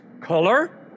color